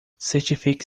certifique